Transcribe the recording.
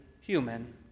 human